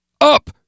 Up